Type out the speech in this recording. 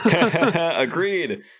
agreed